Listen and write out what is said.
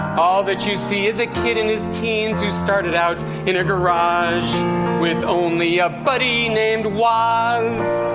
all that you see is a kid in his teens who started out in a garage with only a buddy named woz.